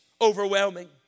overwhelming